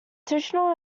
tichenor